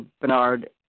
Bernard